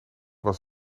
was